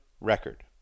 record